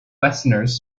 westerners